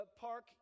park